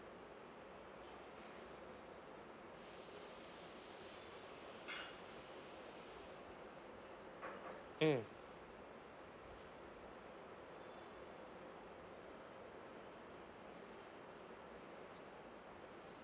mm